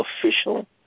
official